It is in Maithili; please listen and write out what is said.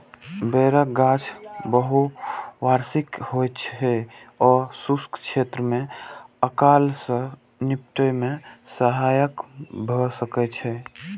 बेरक गाछ बहुवार्षिक होइ छै आ शुष्क क्षेत्र मे अकाल सं निपटै मे सहायक भए सकै छै